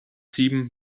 sieben